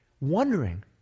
wondering